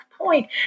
point